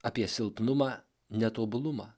apie silpnumą netobulumą